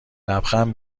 لبخند